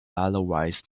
otherwise